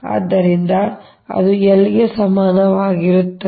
ಆದ್ದರಿಂದ ಅದು L ಗೆ ಸಮಾನವಾಗಿರುತ್ತದೆ